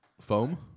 Foam